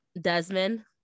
desmond